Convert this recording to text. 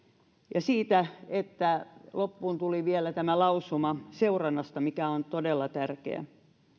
ja siitä että loppuun tuli vielä tämä lausuma seurannasta mikä on todella tärkeä